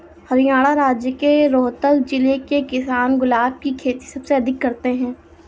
हरियाणा राज्य के रोहतक जिले के किसान गुलाब की खेती सबसे अधिक करते हैं